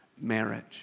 marriage